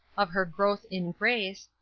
of her growth in grace,